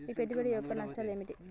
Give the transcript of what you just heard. ఈ పెట్టుబడి యొక్క నష్టాలు ఏమిటి?